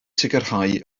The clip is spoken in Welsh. sicrhau